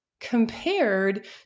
compared